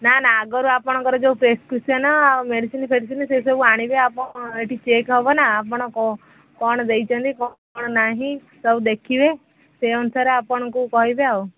ନା ନା ଆଗରୁ ଆପଣଙ୍କର ଯୋଉ ପ୍ରେସ୍କ୍ରିପ୍ସନ୍ ଆଉ ମେଡ଼ିସିନ୍ ଫେଡ଼ିସିନ୍ ସେସବୁ ଆଣିବେ ଆପଣ ଏଠି ଚେକ୍ ହେବ ନା ଆପଣ କ'ଣ ଦେଇଛନ୍ତି କ'ଣ କ'ଣ ନାହିଁ ସବୁ ଦେଖିବେ ସେଇ ଅନୁସାରେ ଆପଣଙ୍କୁ କହିବେ ଆଉ